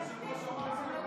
בבקשה,